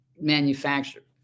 manufactured